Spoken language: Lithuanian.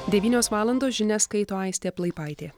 devynios valandos žinias skaito aistė plaipaitė